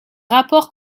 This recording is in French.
rapports